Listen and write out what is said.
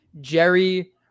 Jerry